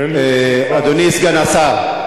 אדוני סגן השר,